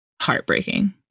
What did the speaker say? heartbreaking